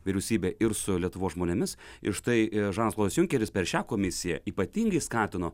vyriausybe ir su lietuvos žmonėmis ir štai žanas klodas junkeris per šią komisiją ypatingai skatino